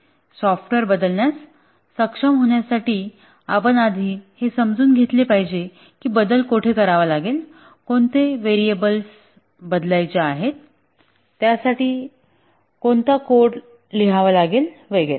software बदलण्यास सक्षम होण्यासाठी आपण आधी हे समजून घेतले पाहिजे की बदल कोठे करावा लागेल कोणते व्हेरिएबल्स बदलायचे आहेत त्यासाठी कोणता कोड लिहावा लागेल वगैरे